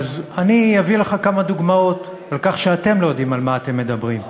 אז אני אביא לך כמה דוגמאות לכך שאתם לא יודעים על מה אתם מדברים.